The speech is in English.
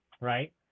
right